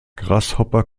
grasshopper